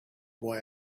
boy